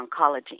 Oncology